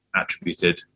attributed